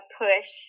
push